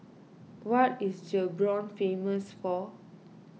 what is Gaborone famous for